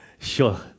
Sure